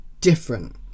different